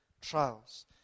trials